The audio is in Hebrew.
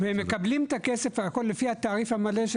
והם מקבלים את הכסף לפי התעריף המלא של